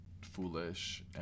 foolish